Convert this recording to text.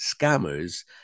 scammers